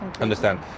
understand